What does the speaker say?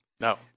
No